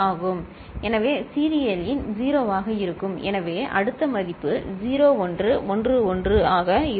எனவே சீரியல் இன் 0 ஆக இருக்கும் எனவே அடுத்த மதிப்பு 0 1 1 1 ஆக இருக்கும்